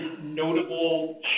notable